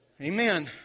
Amen